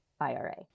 IRA